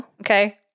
Okay